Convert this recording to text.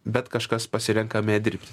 bet kažkas pasirenkame dirbti